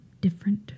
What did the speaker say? different